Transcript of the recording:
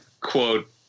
quote